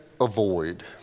avoid